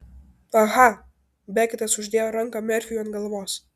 aha beketas uždėjo ranką merfiui ant galvos